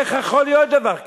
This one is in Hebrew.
איך יכול להיות דבר כזה?